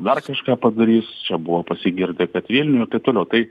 dar kažką padarys čia buvo pasigirdę kad vilniuj ir taip toliau tai